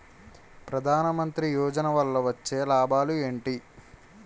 ప్రధాన మంత్రి యోజన వల్ల వచ్చే లాభాలు ఎంటి?